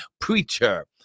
preacher